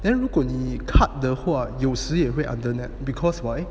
then 如果你 cut 的话有时也会 under net because why